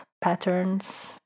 patterns